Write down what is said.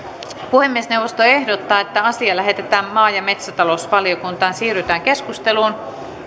puhemiesneuvosto ehdottaa että asia lähetetään maa ja metsätalousvaliokuntaan siirrytään keskusteluun